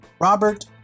Robert